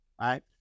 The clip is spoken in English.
right